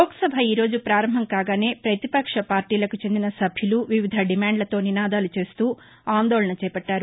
లోక్సభ ఈ రోజు పారంభం కాగానే పతిపక్ష పార్లీలకు చెందిన సభ్యులు వివిధ డిమాండ్లతో నినాదాలు చేస్తూ ఆందోళన చేపట్లారు